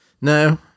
No